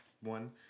one